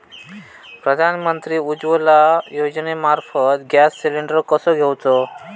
प्रधानमंत्री उज्वला योजनेमार्फत gas cylinder कसो घेऊचो?